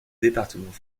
département